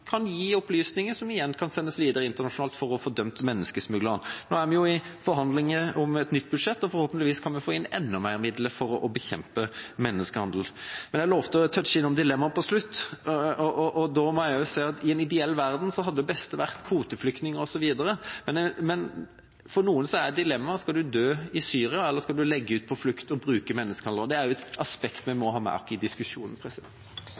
kan gi opplysninger som igjen kan sendes videre internasjonalt for å få dømt menneskesmuglerne. Vi er i forhandlinger om et nytt budsjett, og forhåpentligvis kan vi få inn enda flere midler for å bekjempe menneskehandel. Jeg lovte å berøre et dilemma til slutt. Jeg må si at i en ideell verden hadde det beste vært kvoteflyktninger osv., men for noen er dilemmaet: Skal du dø i Syria, eller skal du legge ut på flukt og bruke menneskehandlere? Det er et aspekt vi må ha med i diskusjonen.